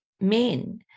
men